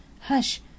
Hush